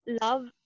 love